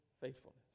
faithfulness